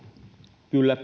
kyllä